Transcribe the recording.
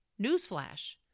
Newsflash